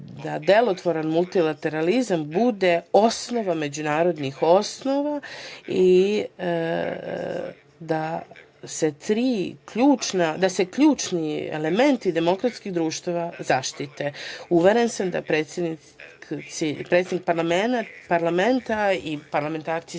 da delotvoran multilateralizam bude osnova međunarodnih odnosa i da se ključni elementi demokratskih društava zaštite. Uveren sam da su predsednik parlamenta i parlamentarci